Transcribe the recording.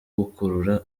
gukurura